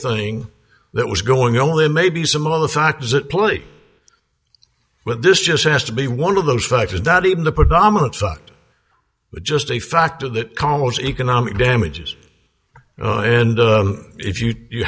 thing that was going on there may be some other factors at play but this just has to be one of those factors not even the predominant sucked but just a factor that camos economic damages oh and if you